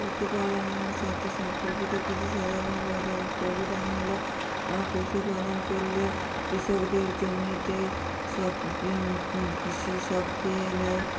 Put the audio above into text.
পশুপালনের সাথে সম্পর্কিত কিছু সাধারণ প্রতি প্রবিধান হল পশুপালন করলে কৃষকদের জমিতে সব কৃষি সব খেয়ে নেয়